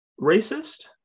racist